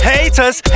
Haters